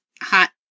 hot